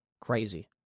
Crazy